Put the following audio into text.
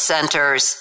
Centers